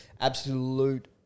absolute